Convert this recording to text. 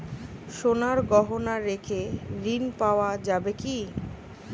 সোনার গহনা রেখে ঋণ পাওয়া যাবে কি?